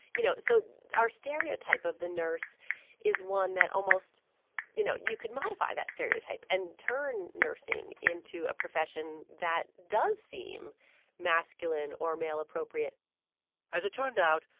you know. so our stereotype of the nurse is one that almost you know, you could modify that stereotype and turn nursing into a profession that does seem masculine or male-appropriate as it turned out,